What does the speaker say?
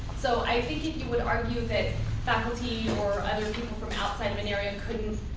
so i think if you would argue that faculty or other people from outside an area couldn't,